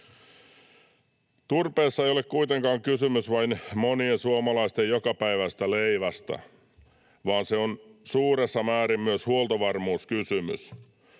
Turpeessa ei ole kuitenkaan kysymys vain monien suomalaisten jokapäiväisestä leivästä, vaan se on suuressa määrin myös huoltovarmuuskysymys.